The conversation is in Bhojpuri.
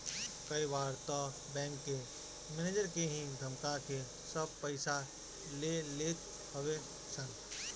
कई बार तअ बैंक के मनेजर के ही धमका के सब पईसा ले लेत हवे सन